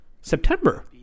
September